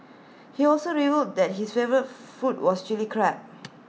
he also revealed that his favourite food was Chilli Crab